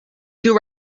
two